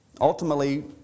ultimately